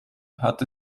hat